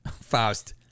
Faust